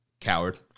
coward